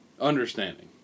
Understanding